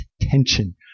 tension